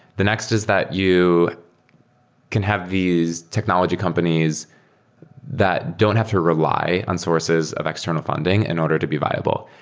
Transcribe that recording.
the next is that you can have these technology companies that don't have to rely on sources of external funding in order to be viable.